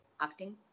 acting